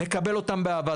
נקבל אותם באהבה.